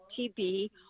TB